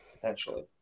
Potentially